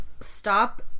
stop